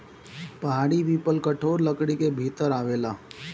पहाड़ी पीपल कठोर लकड़ी के भीतर आवेला